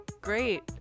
great